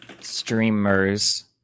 streamers